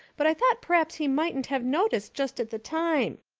but i thought p'raps he mightn't have noticed just at the time.